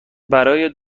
برای